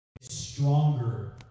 Stronger